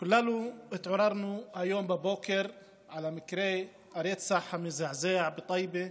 כולנו התעוררנו היום בבוקר עם מקרה הרצח המזעזע בטייבה,